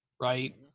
right